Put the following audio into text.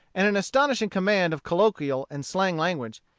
and an astonishing command of colloquial and slang language,